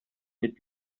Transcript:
mit